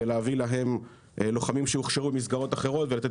ולהביא להן לוחמים שהוכשרו במסגרות אחרות ולתת